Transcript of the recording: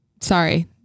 Sorry